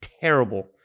terrible